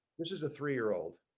this is a three year-old